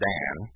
Dan